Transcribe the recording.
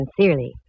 sincerely